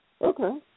Okay